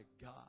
God